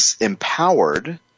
empowered